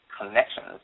connections